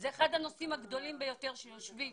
זה אחד הנושאים הגדולים ביותר שיושבים